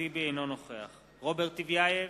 אינו נוכח רוברט טיבייב,